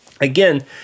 Again